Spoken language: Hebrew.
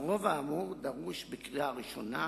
הרוב האמור דרוש בקריאה הראשונה,